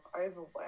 overwork